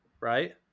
right